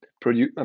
produce